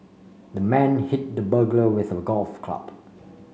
the man hit the burglar with a golf club